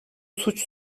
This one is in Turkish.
suç